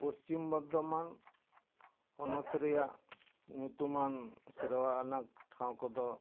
ᱯᱚᱥᱪᱤᱢ ᱵᱚᱨᱫᱷᱚᱢᱟᱱ ᱦᱚᱱᱚᱛ ᱨᱮᱭᱟᱜ ᱧᱩᱛᱩᱢᱟᱱ ᱥᱮᱨᱣᱟ ᱟᱱᱟᱜ ᱴᱷᱟᱶ ᱠᱚᱫᱚ